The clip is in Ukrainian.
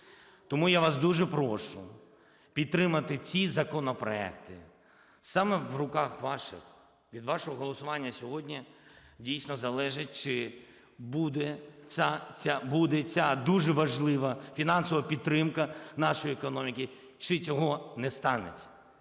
Тому я вас дуже прошу підтримати ті законопроекти. Саме в руках ваших, від вашого голосування сьогодні дійсно залежить, чи буде ця дуже важлива фінансова підтримка нашої економіки, чи цього не станеться.